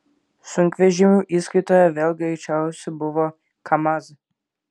sunkvežimių įskaitoje vėl greičiausi buvo kamaz